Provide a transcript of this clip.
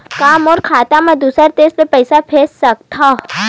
का मोर खाता म दूसरा देश ले पईसा भेज सकथव?